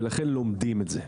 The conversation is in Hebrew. ולכן לומדים את זה,